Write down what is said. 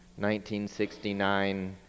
1969